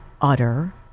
utter